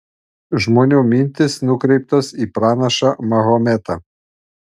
žmonių mintys nukreiptos į pranašą mahometą